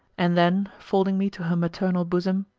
and then folding me to her maternal bosom,